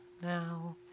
now